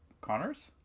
Connors